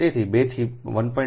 તેથી 2 થી 1